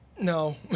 No